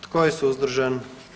Tko je suzdržan?